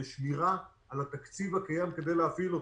זה שמירה על התקציב הקיים כדי להפעיל אותו.